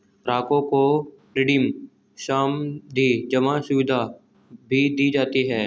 ग्राहकों को रिडीम सावधी जमा सुविधा भी दी जाती है